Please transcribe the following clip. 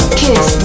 kiss